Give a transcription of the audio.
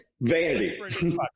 vanity